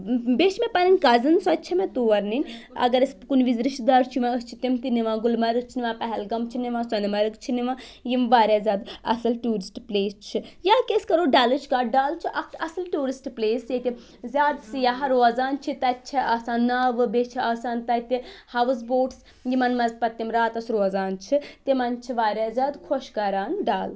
بیٚیہِ چھِ مےٚ پَنٕنۍ کَزن سۄتہِ چھِ مےٚ تور نِنۍ اگر أسۍ کُنہِ وِز رِشتہٕ دار چھِ یِوان أسۍ چھِ تِم تہِ نِوان گُلمرگ چھِ نِوان پہلگام چھِ نِوان سونہٕ مرٕگ چھِ نِوان یِم واریاہ زیادٕ اَصٕل ٹیوٗرِسٹ پلٕیس چھِ یا کہ أسۍ کَرو ڈَلٕچ کَتھ ڈَل چھُ اَکھ اَصٕل ٹیوٗرِسٹ پٕلیس ییٚتہِ زیادٕ سِیاح روزان چھِ تَتہِ چھِ آسان ناوٕ بیٚیہِ چھِ آسان تَتہِ ہاوُس بوٹٕس یِمَن منٛز پَتہٕ تِم راتَس روزان چھِ تِمَن چھِ واریاہ زیادٕ خۄش کَران ڈَل